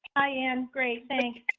i am. great. thanks.